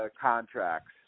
contracts